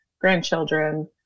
grandchildren